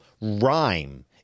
rhyme